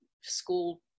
school